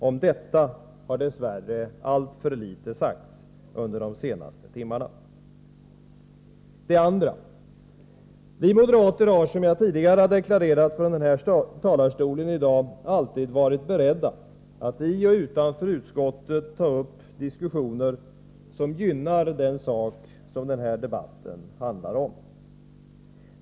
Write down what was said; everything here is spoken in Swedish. Om detta har dess värre alltför litet sagts under de senaste timmarna. För det andra: Vi moderater har, som jag tidigare deklarerat här från talarstolen, alltid varit beredda att i och utanför utskottet ta upp diskussioner som gynnar den sak som den här debatten handlar om.